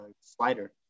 slider